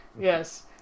Yes